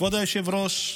כבוד היושב-ראש,